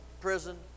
prison